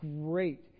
great